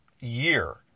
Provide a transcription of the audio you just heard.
year